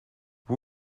who